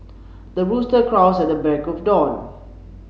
the rooster crows at the break of dawn